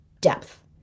depth